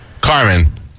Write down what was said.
Carmen